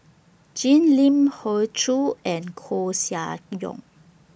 Jim Lim Hoey Choo and Koeh Sia Yong